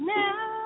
now